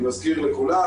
אני מזכיר לכולם,